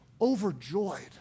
overjoyed